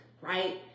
right